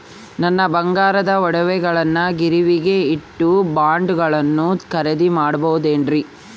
ನನ್ನ ಬಂಗಾರದ ಒಡವೆಗಳನ್ನ ಗಿರಿವಿಗೆ ಇಟ್ಟು ಬಾಂಡುಗಳನ್ನ ಖರೇದಿ ಮಾಡಬಹುದೇನ್ರಿ?